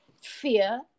Fear